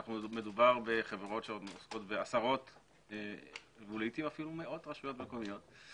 מדובר בחברות שעובדות בעשרות ולעיתים אף במאות רשויות מקומיות,